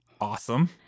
Awesome